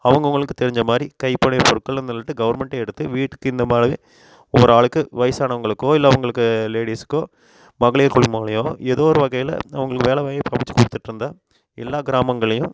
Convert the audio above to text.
அவங்கவுங்களுக்கு தெரிஞ்ச மாதிரி கை பொருட்கள்ன்னு சொல்லிட்டு கவுர்மெண்ட்டே எடுத்து வீட்டுக்கு இந்த மாதிரி ஒரு ஆளுக்கு வயிசானவங்களுக்கோ இல்லை அவங்களுக்கு லேடிஸ்க்கோ மகளிர் குழு மூலிமா எதோ ஒரு வகையில் அவங்களுக்கு வேலைவாய்ப்பு அமைச்சு கொடுத்துட்ருந்தா எல்லா கிராமங்கள்லேயும்